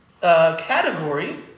Category